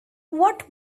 what